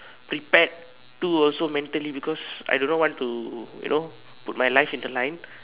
prepared to also mentally because I do not want to you know put my life in the line